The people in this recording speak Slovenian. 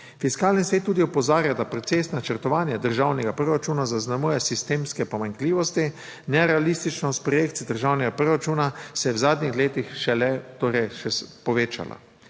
Fiskalni svet tudi opozarja, da proces načrtovanja državnega proračuna zaznamuje sistemske pomanjkljivosti. Nerealnost projekcij državnega proračuna se je v zadnjih letih torej še povečala.